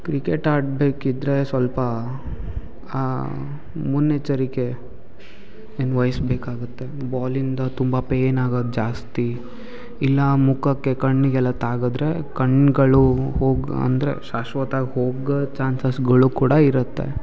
cricket ಆಡಬೇಕಿದ್ರೆ ಸ್ವಲ್ಪ ಮುನ್ನೆಚ್ಚರಿಕೆ ಯನ್ ವಹಿಸಬೇಕಾಗತ್ತೆ ಬಾಲಿಂದ ತುಂಬ ಪೇಯ್ನ್ ಆಗೋದ್ ಜಾಸ್ತಿ ಇಲ್ಲ ಮುಖಕ್ಕೆ ಕಣ್ಣಿಗೆಲ್ಲ ತಾಗಿದ್ರೆ ಕಣ್ಣುಗಳು ಹೋಗೋ ಅಂದರೆ ಶಾಶ್ವತಾಗಿ ಹೋಗೋ ಚಾನ್ಸಸ್ಗಳು ಕೂಡ ಇರುತ್ತೆ